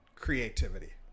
Creativity